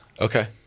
Okay